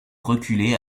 reculer